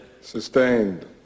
Sustained